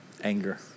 anger